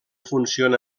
funciona